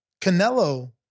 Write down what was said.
Canelo